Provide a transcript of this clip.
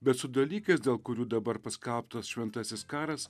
bet su dalykais dėl kurių dabar paskelbtas šventasis karas